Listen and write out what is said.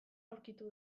aurkitu